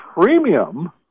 premium